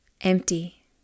Empty